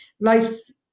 life's